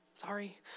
Sorry